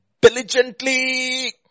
diligently